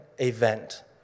event